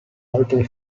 altre